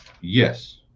Yes